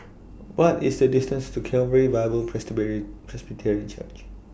What IS The distance to Calvary Bible Presbyterian Church